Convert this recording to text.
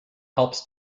helps